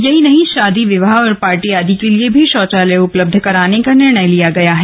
यही नहीं शादी विवाह और पार्टी आदि के लिए भी शौचालय उपलब्ध कराने का निर्णय लिया गया है